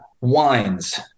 wines